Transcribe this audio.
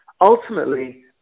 Ultimately